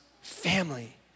family